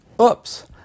Oops